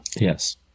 yes